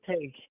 take